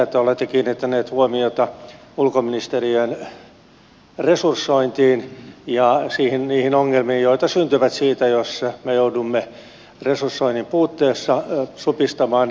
että olette kiinnittäneet huomiota ulkoministeriön resursointiin ja niihin ongelmiin joita syntyy siitä jos me joudumme resursoinnin puutteessa supistamaan edustustoverkostoamme